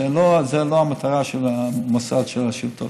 זאת לא המטרה של המוסד של השאילתות.